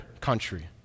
country